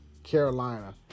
Carolina